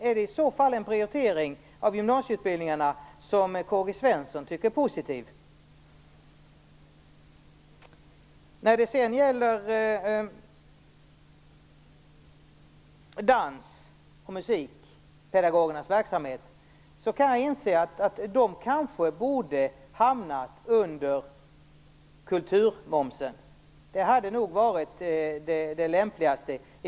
Är det i så fall en prioritering inom gymnasieutbildningen som K-G Svenson tycker är positiv? När det gäller dans och musikpedagogernas verksamhet inser jag att de kanske borde hamnat under kulturmomsen. Det hade nog varit det lämpligaste.